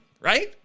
Right